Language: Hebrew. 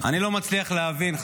אני לא מצליח להבין.